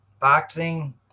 boxing